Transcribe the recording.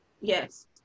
yes